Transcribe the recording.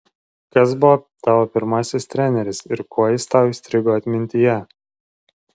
kas buvo tavo pirmasis treneris ir kuo jis tau įstrigo atmintyje